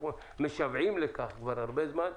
אנחנו משוועים לכך כבר זמן רב,